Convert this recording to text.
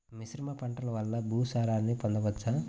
మిశ్రమ పంటలు వలన భూసారాన్ని పొందవచ్చా?